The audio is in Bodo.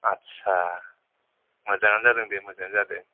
आटसा मोजाङानो जादों दे मोजाङानो जादों